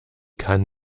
kann